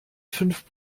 fünf